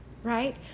Right